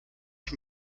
ich